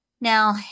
Now